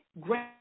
great